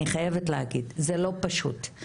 אני חייבת להגיד, זה לא פשוט.